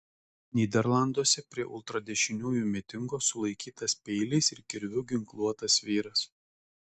nyderlanduose prie ultradešiniųjų mitingo sulaikytas peiliais ir kirviu ginkluotas vyras